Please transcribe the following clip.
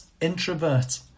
introvert